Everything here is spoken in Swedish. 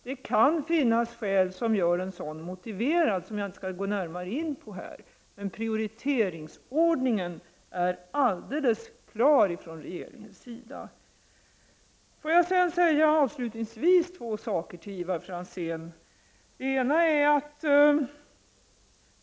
Det kan finnas skäl som motiverar en sådan men som jag inte skall gå närmare in på här. Regeringens prioriteringsordning är dock alldeles klar. Jag vill avslutningsvis säga två saker till Ivar Franzén.